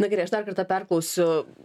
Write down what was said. na gerai aš dar kartą perklausiu